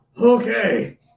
okay